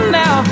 now